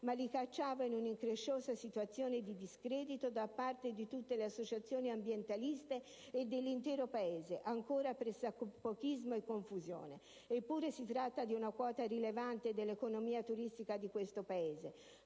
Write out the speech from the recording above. ma li cacciava in un'incresciosa situazione di discredito da parte di tutte le associazione ambientaliste e dell'intero Paese. Ancora pressappochismo e confusione, eppure si tratta di una quota rilevante dell'economia turistica del nostro Paese.